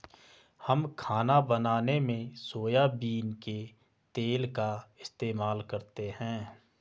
हम खाना बनाने में सोयाबीन के तेल का इस्तेमाल करते हैं